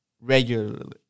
regularly